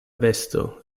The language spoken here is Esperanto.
vesto